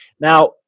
Now